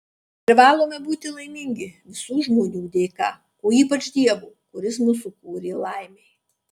privalome būti laimingi visų žmonių dėka o ypač dievo kuris mus sukūrė laimei